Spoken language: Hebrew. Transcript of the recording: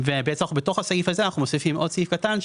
בתוך הסעיף הזה אנחנו מוסיפים עוד סעיף קטן,